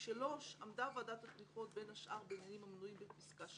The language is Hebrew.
(3) עמדת ועדת התמיכות בין השאר בעניינים המנויים בפסקה (2)